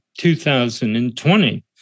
2020